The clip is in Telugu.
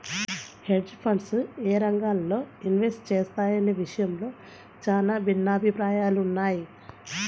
హెడ్జ్ ఫండ్స్ యేయే రంగాల్లో ఇన్వెస్ట్ చేస్తాయనే విషయంలో చానా భిన్నాభిప్రాయాలున్నయ్